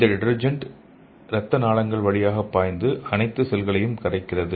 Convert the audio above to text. இந்த டிடர்ஜென்ட் இரத்த நாளங்கள் வழியாக பாய்ந்து அனைத்து செல்களையும் கரைக்கிறது